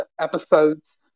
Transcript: episodes